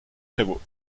prévôt